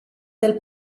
del